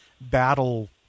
battle